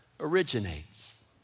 originates